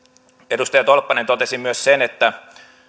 edustaja tolppanen totesi myös sen että